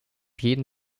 jeden